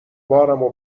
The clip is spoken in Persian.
بارمو